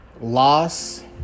loss